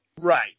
Right